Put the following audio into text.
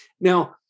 Now